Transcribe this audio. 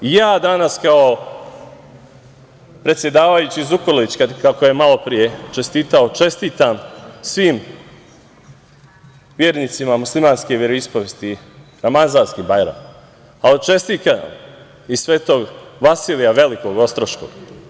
Ja danas, kao predsedavajući Zukorlić, kako je malopre čestitao, čestitam svim vernicima muslimanske veroispovesti Ramazanski Bajram, ali čestitam i Svetog Vasilija Velikog Ostroškog.